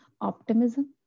optimism